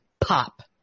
pop